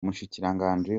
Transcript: umushikiranganji